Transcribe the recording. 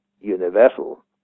universal